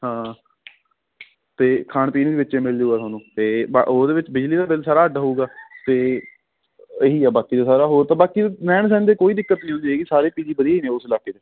ਹਾਂ ਅਤੇ ਖਾਣ ਪੀਣ ਵੀ ਵਿੱਚੇ ਮਿਲ ਜੂਗਾ ਤੁਹਾਨੂੰ ਅਤੇ ਬਾ ਉਹਦੇ ਵਿੱਚ ਬਿਜਲੀ ਦਾ ਬਿੱਲ ਸਾਰਾ ਅੱਡ ਹੋਊਗਾ ਅਤੇ ਇਹ ਹੀ ਹੈ ਬਾਕੀ ਤਾਂ ਸਾਰਾ ਹੋਰ ਤਾਂ ਬਾਕੀ ਰਹਿਣ ਸਹਿਣ ਦੀ ਕੋਈ ਦਿੱਕਤ ਨਹੀਂ ਹੁੰਦੀ ਹੈਗੀ ਸਾਰੇ ਪੀ ਜੀ ਵਧੀਆ ਨੇ ਉਸ ਇਲਾਕੇ ਦੇ